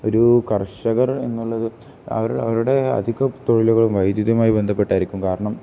ഒരു കർഷകർ എന്നുള്ളത് അവർ അവരുടെ അധിക തൊഴിലുകളും വൈദ്യുതിയുമായി ബന്ധപ്പെട്ടായിരിക്കും കാരണം